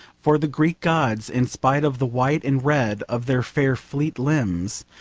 for the greek gods, in spite of the white and red of their fair fleet limbs,